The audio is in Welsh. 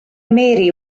mary